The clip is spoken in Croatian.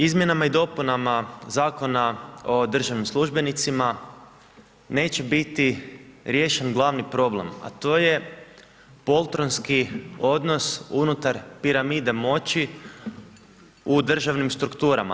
Izmjenama i dopunama Zakon o državnim službenicima neće biti riješen glavni problem, a to je poltronski odnos unutar piramide moći u državnim strukturama.